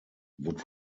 would